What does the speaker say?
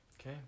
Okay